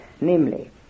namely